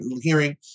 hearing